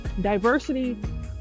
diversity